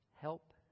Help